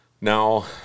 Now